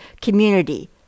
community